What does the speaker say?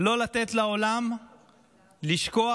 לא לתת לעולם לשכוח